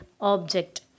object